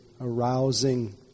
arousing